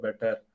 better